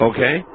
Okay